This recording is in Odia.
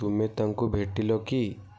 ତୁମେ ତାଙ୍କୁ ଭେଟିଲ କି